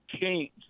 change